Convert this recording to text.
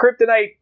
kryptonite